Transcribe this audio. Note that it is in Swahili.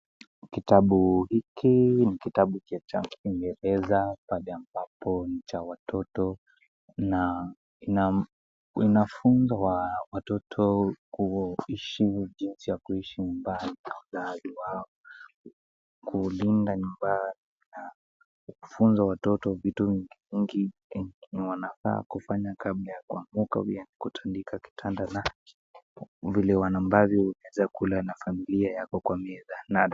Kitabu hiki ni kitabu cha Kiingereza pale ambapo ni cha watoto na inafunza watoto kuishi jinsi ya kuishi nyumbani na wazazi wao. kulinda nyumbani na kufunza watoto vitu vingi ambavyo wanafaa kufanya kabla ya kuamka na kutandika kitanda vile ambavyo unaweza kula na familia yako kwa meza na....